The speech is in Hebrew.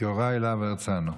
יוראי להב הרצנו.